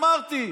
אמרתי,